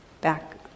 back